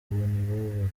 nibo